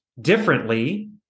differently